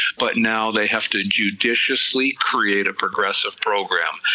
but now they have to and judiciously create a progressive program,